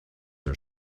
her